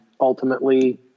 ultimately